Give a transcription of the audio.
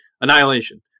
Annihilation